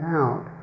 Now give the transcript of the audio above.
out